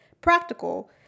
practical